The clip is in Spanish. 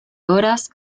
horas